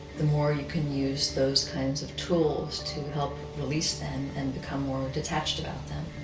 the more you can use those kinds of tools to help release them and become more detached about them.